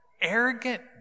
arrogant